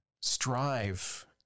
strive